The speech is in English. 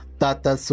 Tata